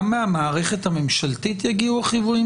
גם מהמערכת הממשלתית יגיעו החיוויים